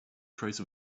trace